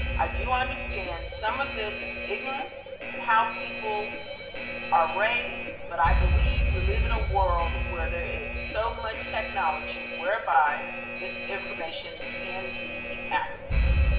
i do understand some of this is ignorance and how people are raised but i believe we live in a world where there is so much technology, whereby this information can be accessed.